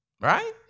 right